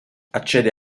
accede